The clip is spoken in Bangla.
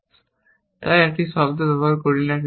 তাই আমরা একটি শব্দ ব্যবহার করি কেন